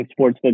Sportsbook